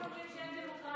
אחר כך אומרים שאין דמוקרטיה,